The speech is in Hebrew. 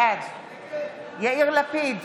בעד יאיר לפיד,